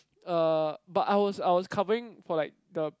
uh but I was I was covering for like the